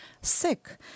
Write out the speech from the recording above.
sick